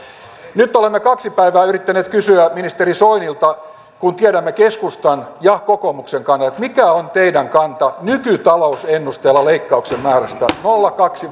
nyt olemme kaksi päivää yrittäneet kysyä ministeri soinilta kun tiedämme keskustan ja kokoomuksen kannat mikä on teidän kantanne nykytalousennusteella leikkauksen määrästä nolla kaksi